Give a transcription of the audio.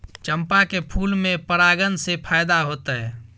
चंपा के फूल में परागण से फायदा होतय?